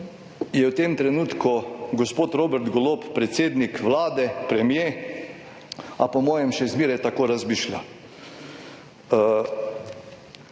je v tem trenutku gospod Robert Golob, predsednik Vlade, premier, a po mojem še zmeraj tako razmišlja.